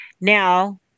Now